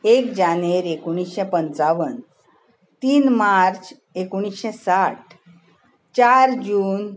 एक जानेर एकुणशे पंचावन तीन मार्च एकुणशे साठ चार जून